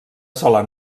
sola